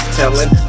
telling